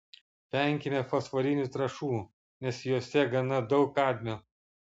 venkime fosforinių trąšų nes jose gana daug kadmio